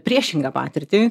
priešingą patirtį